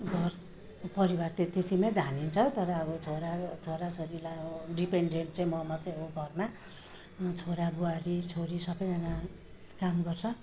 घर परिवार त त्यत्तिमै धानिन्छ तर अब छोरा छोरा छोरीलाई अब डिपेन्डेन्ट चाहिँ म मात्रै हो घरमा छोरा बुहारी छोरी सबैजना काम गर्छ